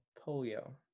Polio